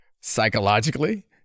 psychologically